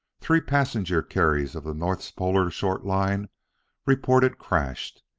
three passenger carriers of the northpolar short line reported crashed.